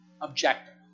objective